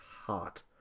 hot